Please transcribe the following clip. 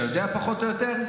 פחות או יותר?